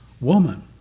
woman